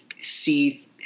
see